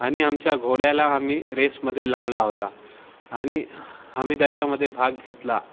आणि आमच्या घोड्याना आम्ही रेसमध्ये लावला होता आणि आम्ही त्याच्यामध्ये भाग घेतला